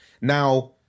now